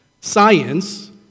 Science